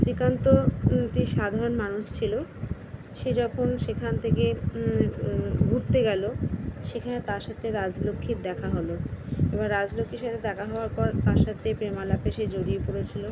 শ্রীকান্ত একটি সাধারণ মানুষ ছিলো সে যখন সেখান থেকে ঘুরতে গেল সেখানে তার সাথে রাজলক্ষ্মীর দেখা হলো এবার রাজলক্ষ্মীর সাথে দেখা হওয়ার পর তার সাথে প্রেম আলাপে সে জড়িয়ে পড়েছিলো